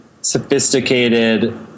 sophisticated